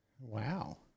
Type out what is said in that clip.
Wow